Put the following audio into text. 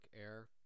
Air